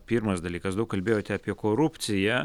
pirmas dalykas daug kalbėjote apie korupciją